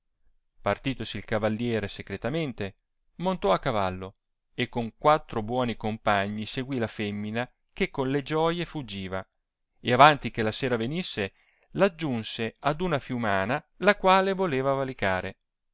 intravenuto partitosi il cavalliei'e secretamente montò a cavallo e con quattro buoni compagni seguì la l'emina che con le gioie t'uggiva e avanti che la sera venisse l aggiunse ad una fiumana la quale voleva valicare